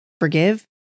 forgive